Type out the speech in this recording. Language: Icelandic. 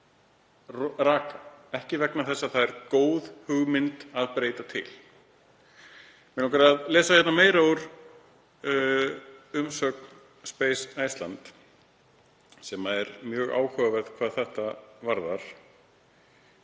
ekki vegna þess að það sé góð hugmynd að breyta til. Mig langar að lesa meira úr umsögn Space Iceland, sem er mjög áhugaverð hvað þetta varðar.